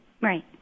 Right